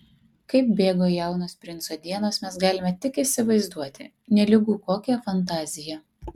kaip bėgo jaunos princo dienos mes galime tik įsivaizduoti nelygu kokia fantazija